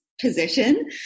position